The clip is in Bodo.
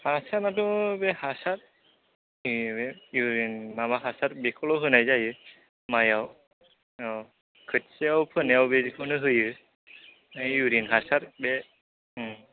हासाराथ' बे हासार बे इउ एन माबा हासार बेखौल' होनाय जायो माइआव औ खोथिया फोनायाव बेखौनो होयो आमफाय इउरिन हासार बे